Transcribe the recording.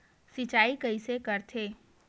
सिंचाई कइसे करथे?